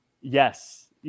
Yes